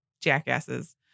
jackasses